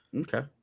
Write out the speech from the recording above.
Okay